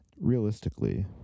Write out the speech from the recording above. realistically